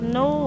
no